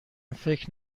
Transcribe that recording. فکر